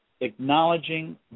acknowledging